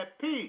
peace